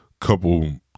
couple